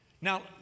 Now